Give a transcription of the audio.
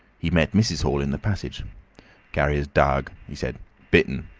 he met mrs. hall in the passage. and carrier's darg, he said bit and